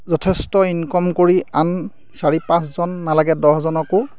যথেষ্ট ইনকম কৰি আন চাৰি পাঁচজন নালাগে দহজনকো